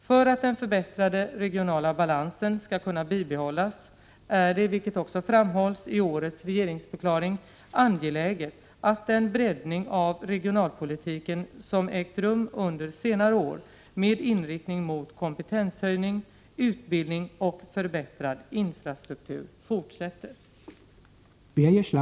För att den förbättrade regionala balansen skall kunna bibehållas är det, vilket också framhållits i årets regeringsförklaring, angeläget att den breddning av regionalpolitiken som ägt rum under senare år, med inrikning mot kompetenshöjning, utbildning och förbättrad infrastruktur, fortsätter. Då Kjell Dahlström, som framställt frågan, var ledig från riksdagsarbetet, medgav andre vice talmannen att hans ersättare Birger Schlaug fick delta i överläggningen.